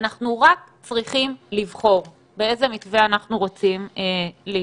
אנחנו רק צריכים לבחור באיזה מתווה אנחנו רוצים להשתמש.